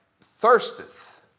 thirsteth